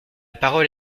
parole